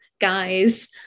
guys